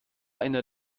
einer